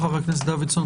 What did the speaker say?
תודה, חבר הכנסת דוידסון.